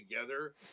together